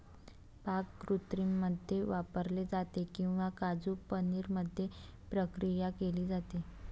पाककृतींमध्ये वापरले जाते किंवा काजू पनीर मध्ये प्रक्रिया केली जाते